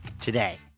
today